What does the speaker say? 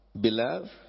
Beloved